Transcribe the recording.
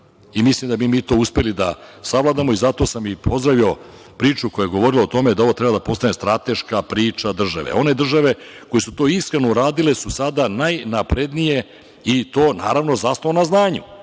i mislim da bismo mi to uspeli da savladamo i zato sam i pozdravio priču koja je govorila o tome da ovo treba da postane strateška priča države. One države koje su to iskreno uradile, sada su najnaprednije i to naravno zasnovano na znanju.